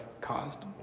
caused